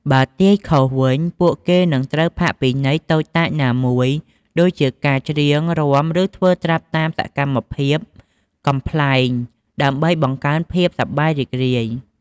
បើទាយខុសវិញ ពួកគេនឹងត្រូវផាកពិន័យតូចតាចណាមួយ ដូចជាការច្រៀង រាំ ឬធ្វើត្រាប់តាមសកម្មភាពកំប្លែង ដើម្បីបង្កើនភាពសប្បាយរីករាយ។